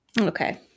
Okay